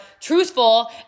truthful